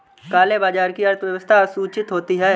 काले बाजार की अर्थव्यवस्था असूचित होती है